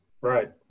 Right